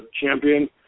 champion